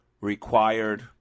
required